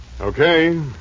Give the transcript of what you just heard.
Okay